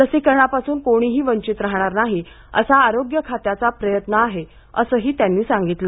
लसीकरणापासून कोणीही वंचित राहणार नाही असा आरोग्य खात्याचा प्रयत्न आहे असंही त्यांनी सांगितलं